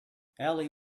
ellie